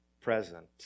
present